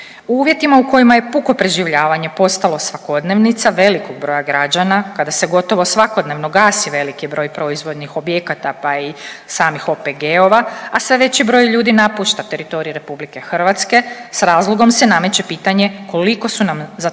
uvjetima u kojima je puno preživljavanje postalo svakodnevnica velikog broja građana, kada se gotovo svakodnevno gasi veliki broj proizvodnih objekata pa i samih OPG-ova, a sve veći broj ljudi napušta teritorij RH s razlogom se nameće pitanje koliko su nam za takvo